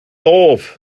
doof